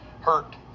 hurt